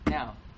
Now